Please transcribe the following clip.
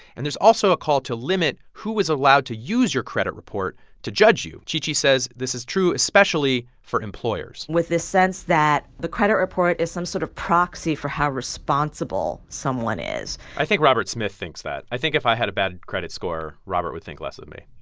and there's also a call to limit who is allowed to use your credit report to judge you. chi chi says this is true especially for employers with this sense that the credit report is some sort of proxy for how responsible someone is i think robert smith thinks that. i think if i had a bad credit score, robert would think less of me.